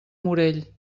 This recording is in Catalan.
morell